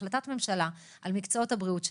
החלטת ממשלה על מקצועות הבריאות,